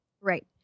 right